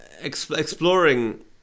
exploring